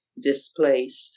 displaced